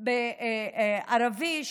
אסירים ערבים,